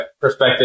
perspective